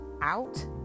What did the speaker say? out